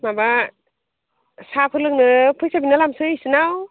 माबा साहाफोर लोंनो फैसा बिना लाबोनसै इसिनाव